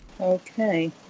Okay